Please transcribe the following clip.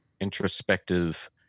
introspective